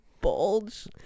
bulge